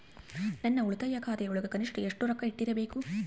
ನನ್ನ ಉಳಿತಾಯ ಖಾತೆಯೊಳಗ ಕನಿಷ್ಟ ಎಷ್ಟು ರೊಕ್ಕ ಇಟ್ಟಿರಬೇಕು?